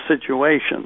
situation